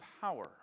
power